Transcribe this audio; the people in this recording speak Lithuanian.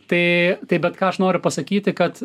tai tai bet ką aš noriu pasakyti kad